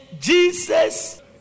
Jesus